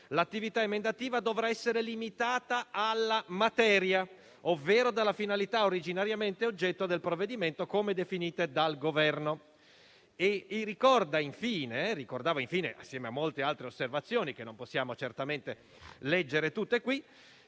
l'attività emendativa dovrà essere limitata dalla materia, ovvero dalla finalità originariamente oggetto del provvedimento, come definite dal Governo. Ricorda infine, insieme a molte altre osservazioni che non possiamo certamente leggere tutte qui,